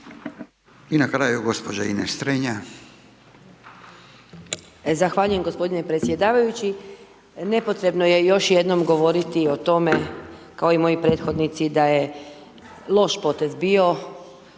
I na kraju gđa. Ines Strenja.